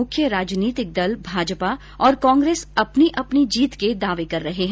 मुख्य राजनीतिक दळ भाजपा अर कांग्रेस आपो आपरी जीत रो दावो कर रया है